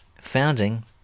founding